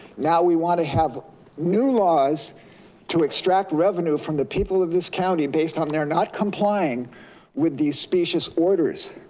now we want to have new laws to extract revenue from the people of this county, based on their not complying with these specious orders,